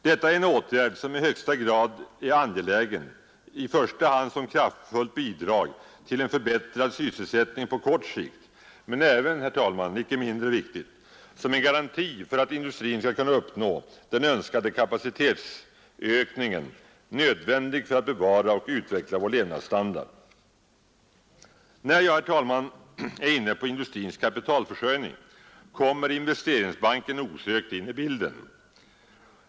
Detta är en åtgärd, som är i högsta grad angelägen i första hand som kraftfullt bidrag till en förbättrad sysselsättning på kort sikt, men även, herr talman, icke mindre viktigt, som en garanti för att industrin skall kunna uppnå den önskade kapacitetsökningen, nödvändig för att bevara och utveckla vår levnadsstandard. När jag är inne på industrins kapitalförsörjning kommer Investeringsbanken osökt in i bilden.